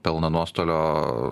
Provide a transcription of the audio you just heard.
pelno nuostolio